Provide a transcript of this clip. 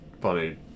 funny